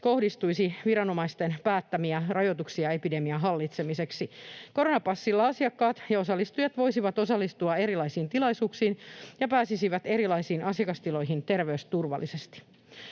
kohdistuisi viranomaisten päättämiä rajoituksia epidemian hallitsemiseksi. Koronapassilla asiakkaat ja osallistujat voisivat osallistua erilaisiin tilaisuuksiin ja pääsisivät erilaisiin asiakastiloihin terveysturvallisesti.